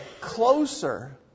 closer